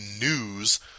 news